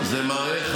זה מראה,